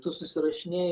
tu susirašinėji